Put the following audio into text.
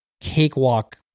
cakewalk